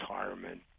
retirement